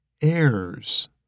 errors